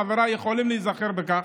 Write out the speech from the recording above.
חבריי יכולים להיזכר בכך,